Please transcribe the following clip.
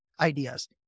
ideas